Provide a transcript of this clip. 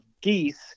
geese